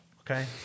okay